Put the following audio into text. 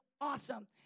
awesome